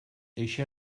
eixe